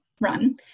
run